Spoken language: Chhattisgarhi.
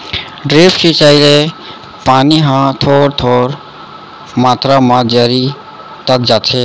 ड्रिप सिंचई ले पानी ह थोर थोर मातरा म जरी तक जाथे